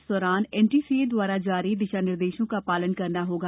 इस दौरान एनटीसीए द्वारा जारी दिशा निर्देशों का पालन करना होगा